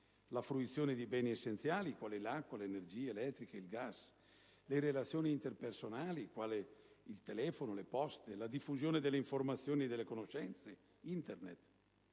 la fruizione di beni essenziali (l'acqua, l'energia elettrica, il gas), le relazioni interpersonali (il telefono, le poste), la diffusione delle informazioni e delle conoscenze (Internet),